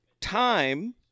Time